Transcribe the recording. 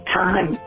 time